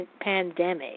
pandemic